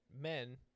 men